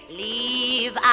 leave